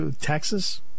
Texas